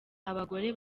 abagore